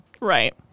Right